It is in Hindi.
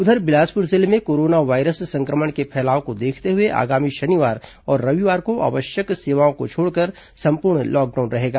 उधर बिलासपुर जिले में कोरोना वायरस सं क्र मण के फैलाव को देखते हुए आगामी शनिवार और रविवार को आवश्यक सेवाओं को छोड़कर संपूर्ण लॉकडाउन रहेगा